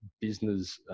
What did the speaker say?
business